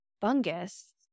fungus